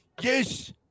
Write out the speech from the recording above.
yes